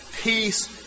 peace